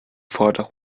vordach